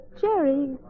Jerry